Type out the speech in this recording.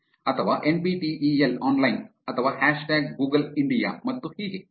ಅಥವಾ N P T E L online NPTEL Online ಅಥವಾ hashtag Google India hashtag googleindia ಮತ್ತು ಹೀಗೆ